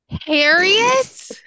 harriet